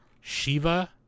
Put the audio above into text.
Shiva